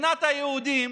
במדינת היהודים